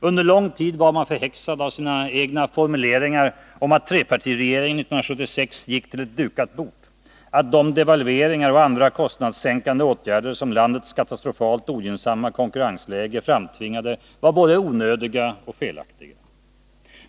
Under lång tid var man förhäxad av sina egna formuleringar om att trepartiregeringen 1976 gick till ett dukat bord, att de devalveringar och andra kostnadssänkande åtgärder som landets katastrofalt ogynnsamma konkurrensläge framtvingade var både onödiga och felaktiga.